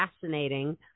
fascinating